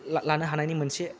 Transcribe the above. लानो हानायनि मोनसे